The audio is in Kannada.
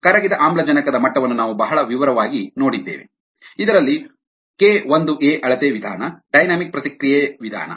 ಕರಗಿದ ಆಮ್ಲಜನಕದ ಮಟ್ಟವನ್ನು ನಾವು ಬಹಳ ವಿವರವಾಗಿ ನೋಡಿದ್ದೇವೆ ಇದರಲ್ಲಿ ಕೆ 1 ಎ ಅಳತೆ ವಿಧಾನ ಡೈನಾಮಿಕ್ ಪ್ರತಿಕ್ರಿಯೆ ವಿಧಾನ